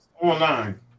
online